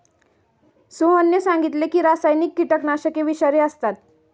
सोहनने सांगितले की रासायनिक कीटकनाशके विषारी असतात